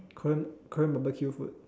Korean Korean barbecue food